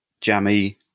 Jammy